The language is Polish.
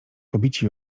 pobici